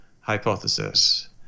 hypothesis